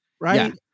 right